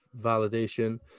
validation